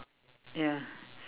ya